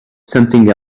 something